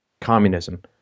Communism